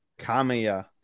Kamiya